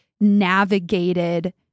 navigated